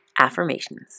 affirmations